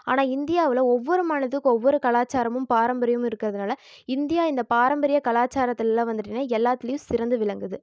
ஆனால் இந்தியாவில் ஒவ்வொரு மாநிலத்துக்கும் ஒவ்வொரு கலாச்சாரமும் பாரம்பரியமும் இருக்கிறதுனால இந்தியா இந்த பாரம்பரிய கலாச்சாரத்துலலாம் வந்துட்டுனா எல்லாத்துலையும் சிறந்து விளங்குது